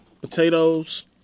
potatoes